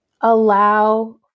allow